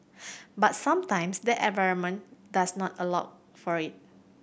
but sometimes the environment does not allow for it